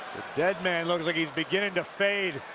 dead man looks like he's beginning to fade.